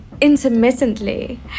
intermittently